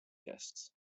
guests